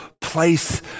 place